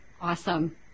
Awesome